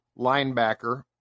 linebacker